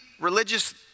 religious